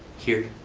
here,